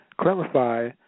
clarify